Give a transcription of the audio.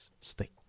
stay